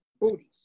Booties